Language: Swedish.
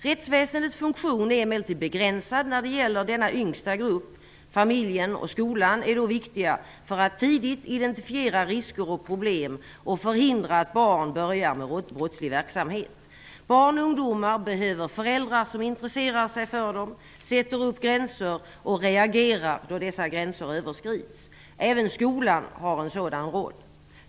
Rättsväsendets funktion är emellertid begränsad när det gäller denna yngsta grupp. Familjen och skolan är då viktiga för att tidigt identifiera risker och problem och förhindra att barn börjar med brottslig verksamhet. Barn och ungdomar behöver föräldrar som intresserar sig för dem, sätter gränser och reagerar då dessa gränser överskrids. Även skolan har en sådan roll.